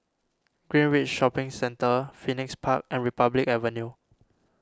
Greenridge Shopping Centre Phoenix Park and Republic Avenue